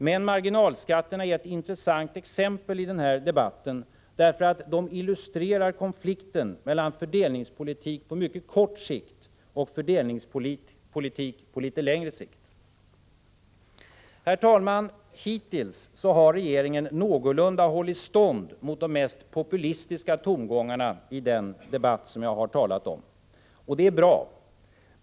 Men marginalskatterna är ett intressant exempel i den här debatten, därför att de illustrerar konflikten mellan fördelningspolitik på mycket kort sikt och på litet längre sikt. Herr talman! Hittills har regeringen någorlunda hållit stånd mot de mest populistiska tongångarna i den debatt som jag har talat om, och det är bra.